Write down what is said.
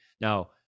Now